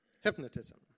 Hypnotism